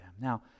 Now